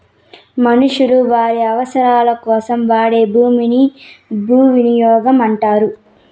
మనుషులు వారి అవసరాలకోసం వాడే భూమిని భూవినియోగం అంటారు